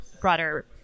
broader